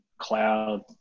cloud